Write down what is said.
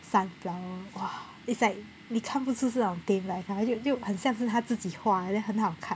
sunflower !wah! it's like 你看不出是那种 paint by colour 就就很像他自己画的 then 很好看